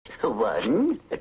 One